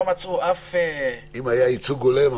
לא מצאו שום --- אם היה ייצוג הולם,